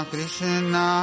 Krishna